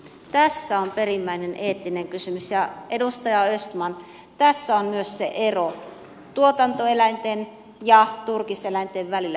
tässä on perimmäinen eettinen kysymys ja edustaja östman tässä on myös se ero tuotantoeläinten ja turkiseläinten välillä